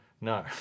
No